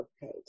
page